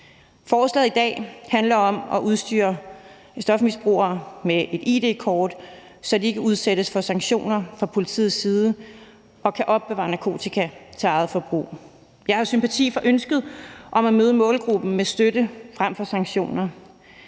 Forslaget her handler om at udstyre stofmisbrugere med et id-kort, så de ikke udsættes for sanktioner fra politiets side og kan opbevare narkotika til eget forbrug. Jeg har sympati for ønsket om at møde målgruppen med støtte frem for sanktioner,